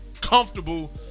comfortable